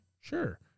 Sure